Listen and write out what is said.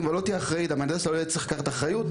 אבל לא תהיה אחראית והמהנדס לא יצטרך לקחת על זה אחריות.